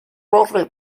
corre